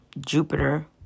Jupiter